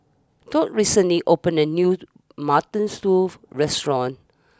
Tod recently opened a new Mutton Stew restaurant